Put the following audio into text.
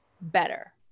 better